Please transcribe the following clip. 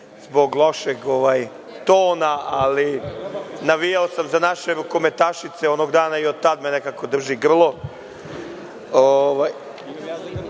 zbog lošeg tona, ali navijao sam za naše rukometašice onog dana i od tada me nekako drži grlo. Želim